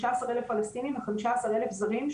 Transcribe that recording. חמישה עשר אלף פלסטינים וחמישה עשר אלף זרים,